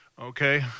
okay